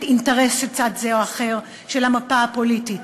אינטרס של צד זה או אחר של המפה הפוליטית.